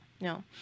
no